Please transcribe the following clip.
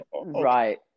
right